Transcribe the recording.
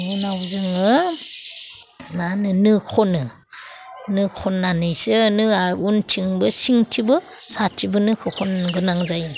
बिनि उनाव जोङो मा होनो नो खनो नो खन्नानैसो नोआ उनथिंबो सिंथिंबो साथिंबो नोखौ खननो गोनां जायो